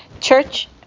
Church